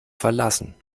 verlassen